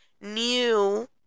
new